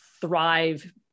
thrive